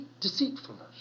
deceitfulness